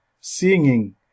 singing